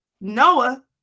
Noah